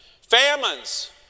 Famines